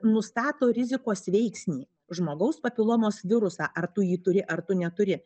nustato rizikos veiksnį žmogaus papilomos virusą ar tu jį turi ar tu neturi